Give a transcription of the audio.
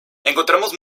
encontramos